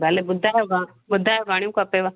भले ॿुधायो घ ॿुधायो घणियूं खपेव